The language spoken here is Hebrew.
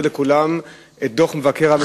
לכולם את דוח מבקר המדינה שמתפרסם,